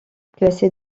classée